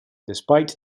despite